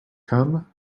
come